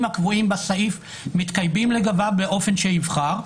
הקבועים בסעיף מתקיימים לגביו באופן שיבחר,